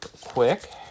quick